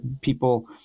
people